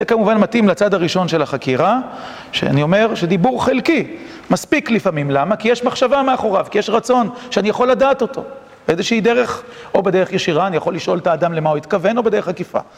זה כמובן מתאים לצד הראשון של החקירה, שאני אומר שדיבור חלקי מספיק לפעמים, למה? כי יש מחשבה מאחוריו, כי יש רצון, שאני יכול לדעת אותו באיזושהי דרך, או בדרך ישירה, אני יכול לשאול את האדם למה הוא התכוון, או בדרך עקיפה.